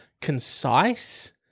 concise